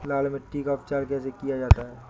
लाल मिट्टी का उपचार कैसे किया जाता है?